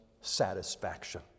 satisfaction